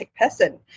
person